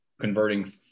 converting